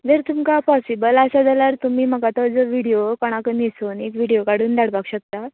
मागीर तुमका पॉसिबल आसा जाल्यार तुमी म्हाका तो जर व्हिडीयो कोणाकय न्हेसोवन बीन एक व्हिडीयो काडून धाडपाक शकतात